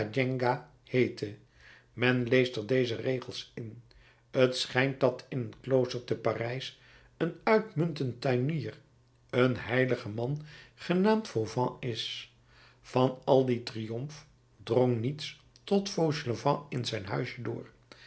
men leest er deze regels in t schijnt dat in een klooster te parijs een uitmuntend tuinier een heilig man genaamd fauvan is van al dien triomf drong niets tot fauchelevent in zijn huisje door